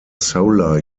solar